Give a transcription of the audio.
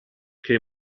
che